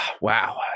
Wow